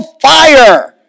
Fire